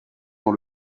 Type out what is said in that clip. dans